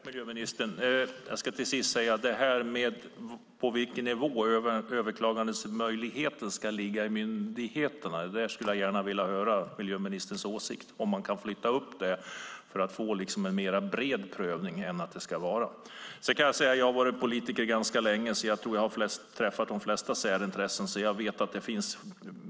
Fru talman! Jag tackar miljöministern. Till sist skulle jag vilja höra miljöministerns åsikt om på vilken nivå överklagandemöjligheten ska ligga i myndigheterna, om man kan flytta upp den för att få en bredare prövning. Jag har varit politiker ganska länge och tror att jag har träffat de flesta särintressen, så jag vet att det finns